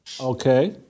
Okay